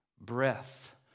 breath